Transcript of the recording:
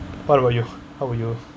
what about you how about you